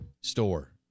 store